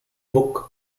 book